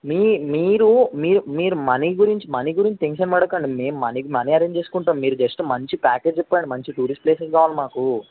మీరు మీరు మీరు మీరు మనీ గురించి మనీ గురించి టెన్షన్ పడకండి మేము మనీ మనీ అరేంజ్ చేసుకుంటాము మీరు జస్ట్ మంచి ప్యాకేజ్ చెప్పండి మంచి టూరిస్ట్ ప్లేసెస్ కావాలి మాకు